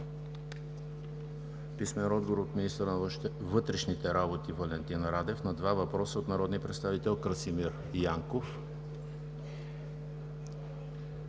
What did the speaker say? писмен отговор от министъра на вътрешните работи Валентин Радев на два въпроса от народния представител Красимир Янков; - министъра на вътрешните работи Валентин Радев на въпрос от народния представител Николай